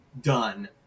done